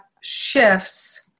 shifts